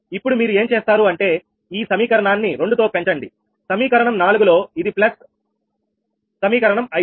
ఇప్పుడు మీరు ఏం చేస్తారు అంటే ఈ సమీకరణాన్ని2 తో పెంచండి సమీకరణం 4లో ఇది ప్లస్ సమీకరణం 5